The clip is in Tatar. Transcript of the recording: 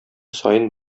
саен